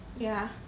ya